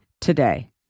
today